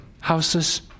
houses